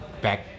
back